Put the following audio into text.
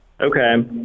Okay